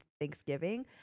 Thanksgiving